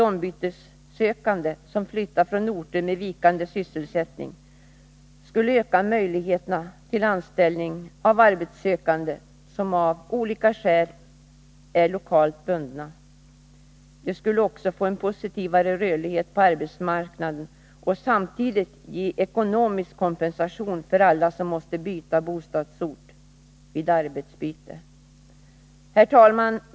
ombytessökande, som flyttar från orter med vikande sysselsättning, skulle öka möjligheterna till anställning av arbetssökande som av olika skäl är lokalt bundna. Det skulle också främja en positiv rörlighet på arbetsmarknaden och samtidigt ge ekonomisk kompensation åt alla som måste byta bostadsort vid arbetsbyte. Herr talman!